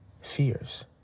fears